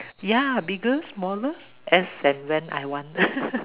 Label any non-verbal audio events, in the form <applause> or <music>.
ya bigger smaller as and when I want <laughs>